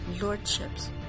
lordships